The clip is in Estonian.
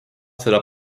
seda